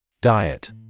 Diet